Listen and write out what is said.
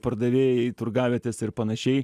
pardavėjai turgavietėse ir panašiai